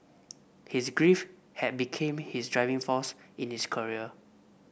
his grief had became his driving force in his career